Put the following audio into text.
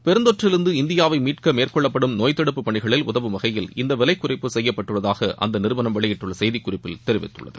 பெருந்தொற்றில் இருந்து இந்தியாவை மீட்க மேற்கொள்ளப்படும் நோய் தடுப்பு பணிகளில் உதவும் வகையில் விலை குறைப்பு செய்யப்பட்டுள்ளதாக அந்த நிறுவனம் வெளியிட்டுள்ள இந்த செய்திக்குறிப்பில் தெரிவித்துள்ளது